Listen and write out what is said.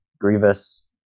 Grievous